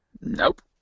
Nope